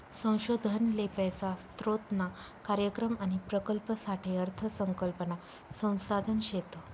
संशोधन ले पैसा स्रोतना कार्यक्रम आणि प्रकल्पसाठे अर्थ संकल्पना संसाधन शेत